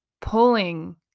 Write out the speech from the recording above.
pulling